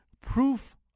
proof